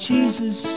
Jesus